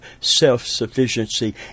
self-sufficiency